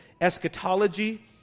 eschatology